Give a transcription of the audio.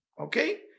okay